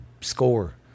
score